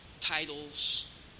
titles